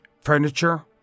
furniture